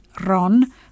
Ron